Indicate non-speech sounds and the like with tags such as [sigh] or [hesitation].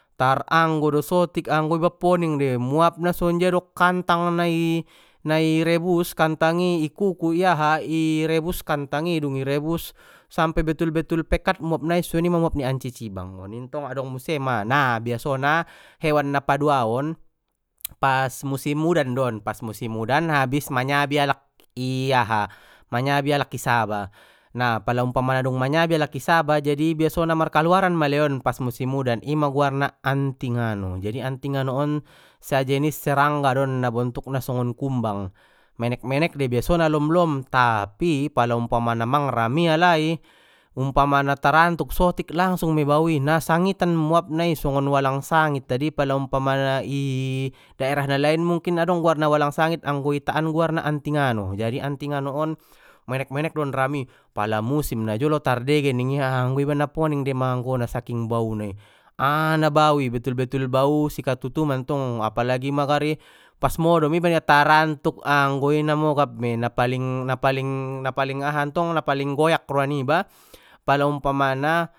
Tar anggo do sotik anggo iba poning dei muapna sonjia do kantang nai-nai rebus kantang i kuku i aha i rebus kantang i dung i rebus sampe betul betul pekat muap nai soni ma muap ni ancicibang oni ntong adong muse ma, na biasona hewan na paduan on pas musim udan don pas musim udan habis manyabi alak i aha manyabi alak i saba na pala umpamana dung manyabi alak i saba jadi biasona markaluaran ma alai on pas musim udan ima guarna antingano, jadi antingano on sajenis serangga don na bontukna songon kumbang menek menek dei biasona lomlom tapi pala umapamana mang rami alai umpamana tarantuk sotik langsung mei bau i na sangitan muap na i songon walang sangit adi pala umpamana i [hesitation] daerah nalain mungkin adong goarna walang sangit anggo i itaan guarna antingano jadi antingano on menek menek don rami pala musim na jolo tardege ningia anggo iba na poning dei manganggo na saking bau na i ana bau i betul betul bau si katutu mantong apalagi ma gari pas modom iba nia tarantuk anggo i na mogap mei na paling- na paling-na paling aha ntong na paling goyak roa niba pala umpamana